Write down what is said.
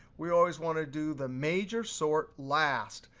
we always want to do the major sort last.